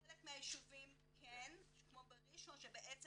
בחלק מהישובים כן, כמו בראשון-לציון, שבעצם